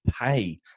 pay